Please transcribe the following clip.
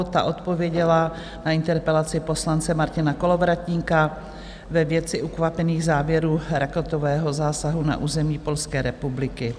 Ta odpověděla na interpelaci poslance Martina Kolovratníka ve věci ukvapených závěrů raketového zásahu na území Polské republiky.